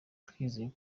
twizeye